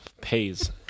pays